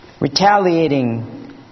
retaliating